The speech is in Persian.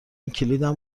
کلیدم